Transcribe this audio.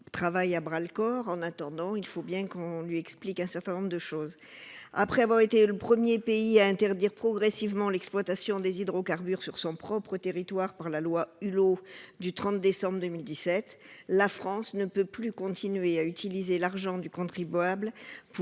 ce sujet à bras-le-corps. En attendant, nous devons lui expliquer un certain nombre de choses. Après avoir été le premier pays à interdire, progressivement, l'exploitation des hydrocarbures sur son propre territoire, par la loi du 30 décembre 2017 dite loi Hulot, la France ne peut plus continuer à utiliser l'argent du contribuable pour